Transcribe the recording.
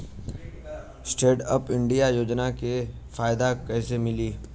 Stand up India योजना के फायदा कैसे मिली?